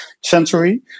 century